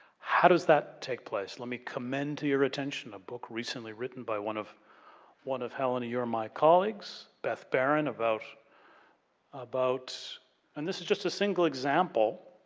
how does that take place? let me commend to your attention a book recently written by one of one of helen, your and my colleagues, beth baron about about and this is just a single example,